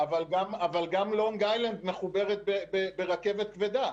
אבל גם לונג איילנד מחוברת ברכבת כבדה.